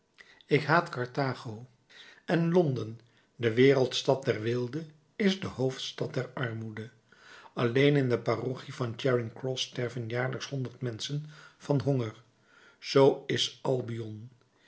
ik haat carthago en londen de wereldstad der weelde is de hoofdstad der armoede alleen in de parochie van charing-cross sterven jaarlijks honderd menschen van honger zoo is albion